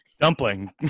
Dumpling